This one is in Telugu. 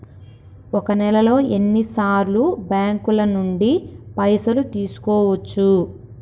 ఒక నెలలో ఎన్ని సార్లు బ్యాంకుల నుండి పైసలు తీసుకోవచ్చు?